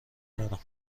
دارم